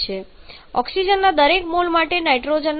ઓક્સિજનના દરેક મોલ માટે નાઇટ્રોજનના 3